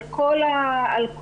על כל האגודות,